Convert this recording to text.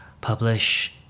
publish